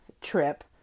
trip